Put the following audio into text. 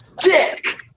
dick